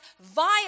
via